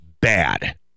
bad